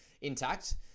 intact